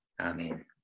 Amen